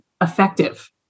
effective